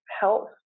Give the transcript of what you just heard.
health